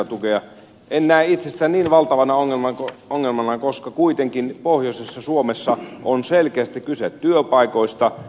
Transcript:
en näe itse sitä niin valtavana ongelmana koska kuitenkin pohjoisessa suomessa on selkeästi kyse työpaikoista